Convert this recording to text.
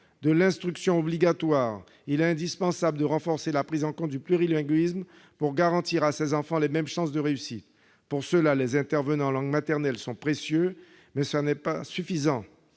de l'instruction obligatoire, il est indispensable de renforcer la prise en compte du plurilinguisme, pour garantir à ces enfants les mêmes chances de réussite. Pour atteindre cet objectif, les intervenants en langue maternelle sont précieux, mais ils ne suffisent